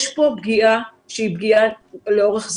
יש פה פגיעה שהיא פגיעה לאורך זמן.